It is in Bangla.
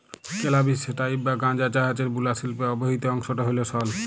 ক্যালাবিস স্যাটাইভ বা গাঁজা গাহাচের বুলা শিল্পে ব্যাবহিত অংশট হ্যল সল